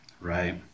Right